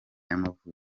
y’amavuko